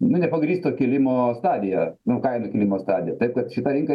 nu nepagrįsto kilimo stadiją nu kainų kilimo stadiją taip kad šita rinka